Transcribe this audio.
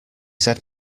said